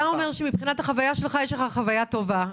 אתה מספר שמבחינת החוויה שלך, יש לך חוויה טובה.